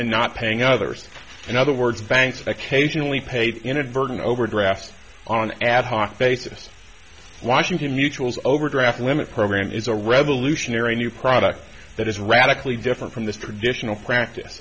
and not paying others in other words banks occasionally paid inadvertent overdraft on an ad hoc basis washington mutual's overdraft limit program is a revolutionary new product that is radically different from the traditional practice